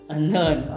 Unlearn